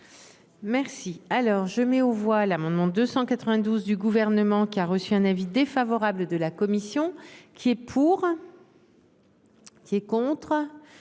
Merci alors je mets aux voix l'amendement 292 du gouvernement qui a reçu un avis défavorable de la commission qui est pour. Qui est contre.